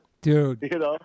Dude